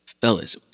fellas